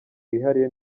wihariye